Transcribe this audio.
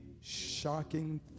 shocking